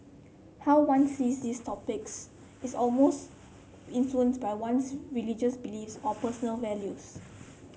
how one sees these topics is almost influenced by one's religious beliefs or personal values